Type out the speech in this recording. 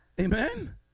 Amen